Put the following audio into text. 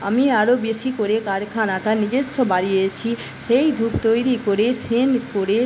আমি আরও বেশি করে কারখানাটা নিজস্ব বাড়িয়েছি সেই ধূপ তৈরি করে সেন্ট করে